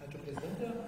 ačiū prezidente